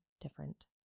different